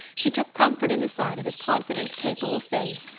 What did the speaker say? she took comfort in the sight of his confident capable face,